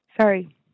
sorry